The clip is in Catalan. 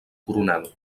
coronel